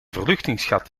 verluchtingsgat